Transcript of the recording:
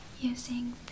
using